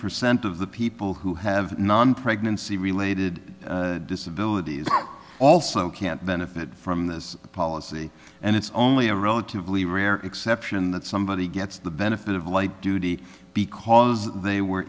percent of the people who have non pregnancy related disability also can't benefit from this policy and it's only a relatively rare exception that somebody gets the benefit of light duty because they were